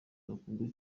bakunzwe